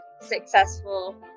successful